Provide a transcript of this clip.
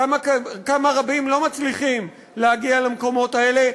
כמה רבים לא מצליחים להגיע למקומות האלה,